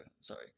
sorry